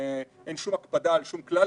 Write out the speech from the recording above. ואין שום הקפדה על שום כלל,